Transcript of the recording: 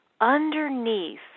underneath